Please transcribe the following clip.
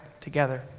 together